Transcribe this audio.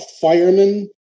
fireman